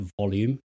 volume